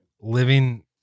living